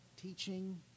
teaching